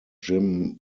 jim